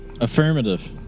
affirmative